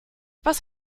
was